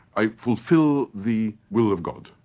i fulfil the will of god,